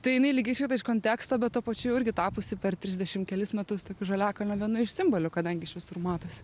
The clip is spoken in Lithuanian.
tai jinai lyg išveda iš konteksto bet tuo pačiu jau irgi tapusi per trisdešim kelis metus tokiu žaliakalnio vienu iš simbolių kadangi iš visur matosi